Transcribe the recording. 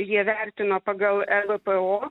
jie vertino pagal ebpo